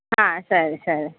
ಹಾಂ ಸರಿ ಸರಿ